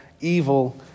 evil